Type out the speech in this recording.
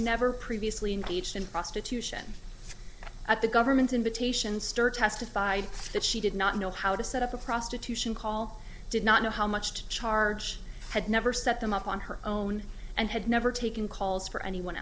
never previously engaged in prostitution at the government invitation stirred testified that she did not know how to set up a prostitution call did not know how much to charge had never set them up on her own and had never taken calls for anyone